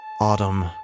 Autumn